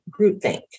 groupthink